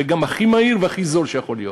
וגם הכי מהיר והכי זול שיכול להיות.